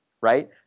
right